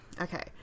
Okay